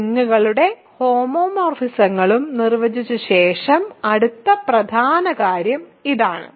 റിങ്ങുകളും ഹോമോമോർഫിസങ്ങളും നിർവചിച്ച ശേഷം അടുത്ത പ്രധാന കാര്യം ഇതാണ്